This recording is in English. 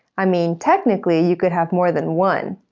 i mean, technically, you could have more than one.